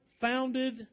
founded